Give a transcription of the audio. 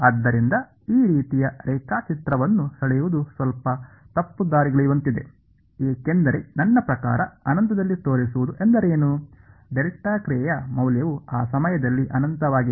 ಆದ್ದರಿಂದ ಈ ರೀತಿಯ ರೇಖಾಚಿತ್ರವನ್ನು ಸೆಳೆಯುವುದು ಸ್ವಲ್ಪ ತಪ್ಪುದಾರಿಗೆಳೆಯುವಂತಿದೆ ಏಕೆಂದರೆ ನನ್ನ ಪ್ರಕಾರ ಅನಂತದಲ್ಲಿ ತೋರಿಸುವುದು ಎಂದರೇನು ಡೆಲ್ಟಾ ಕ್ರಿಯೆಯ ಮೌಲ್ಯವು ಆ ಸಮಯದಲ್ಲಿ ಅನಂತವಾಗಿದೆ